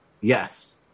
Yes